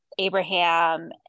abraham